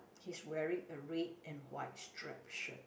he's wearing a red and white stripe shirt